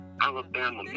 Alabama